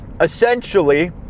Essentially